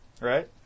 right